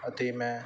ਅਤੇ ਮੈਂ